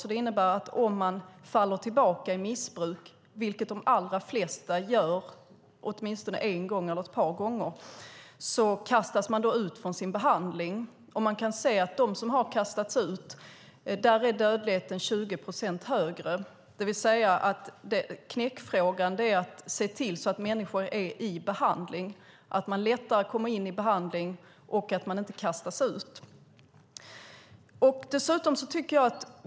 Om de faller tillbaka i missbruk, vilket de allra flesta gör åtminstone en eller ett par gånger, kastas de ut från behandlingen. Bland dem som har kastats ut är dödligheten 20 gånger högre. Knäckfrågan är att se till att människor är i behandling, lättare kommer in i behandling och sedan inte kastas ut.